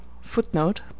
Footnote